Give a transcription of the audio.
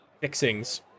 fixings